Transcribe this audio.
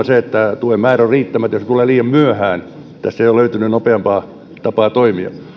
se että tuen määrä on riittämätön ja se tulee liian myöhään tässä ei ole löytynyt nopeampaa tapaa toimia